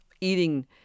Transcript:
eating